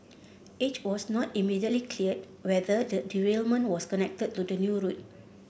it was not immediately clear whether the derailment was connected to the new route